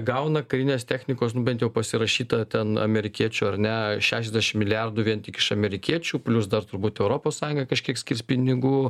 gauna karinės technikos nu bent jau pasirašytą ten amerikiečių ar ne šešiasdešim milijardų vien tik iš amerikiečių plius dar turbūt europos sąjunga kažkiek skirs pinigų